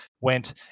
went